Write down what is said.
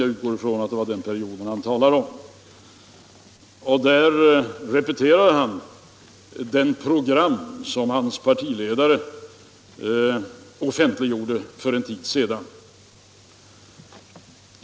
Jag utgår från att det var den perioden han talade om. Där repeterade han det program som hans partiledare offentliggjorde för en tid sedan.